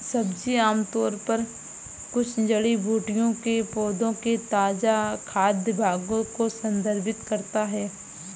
सब्जी आमतौर पर कुछ जड़ी बूटियों के पौधों के ताजा खाद्य भागों को संदर्भित करता है